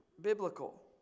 biblical